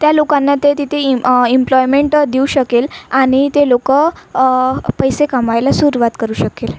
त्या लोकांना ते तिथे इ इम्प्लॉयमेंट देऊ शकेल आणि ते लोक पैसे कमवायला सुरुवात करू शकेल